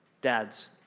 dads